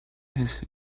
his